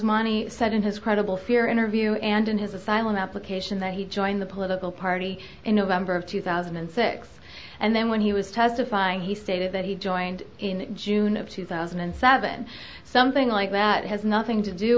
money said in his credible fear interview and in his asylum application that he joined the political party in november of two thousand and six and then when he was testifying he stated that he joined in june of two thousand and seven something like that has nothing to do